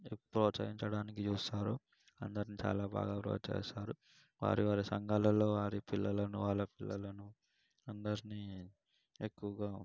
ప్రోత్సహించడానికి చూస్తారు అందరిని చాలా బాగా ప్రోత్సహిస్తారు వారి వారి సంఘాలల్లో వారి పిల్లలను వాళ్ళ పిల్లలను అందరిని ఎక్కువుగా